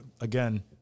again